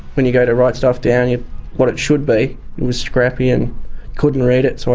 when you go to write stuff down, yeah what it should be, it was scrappy and couldn't read it, so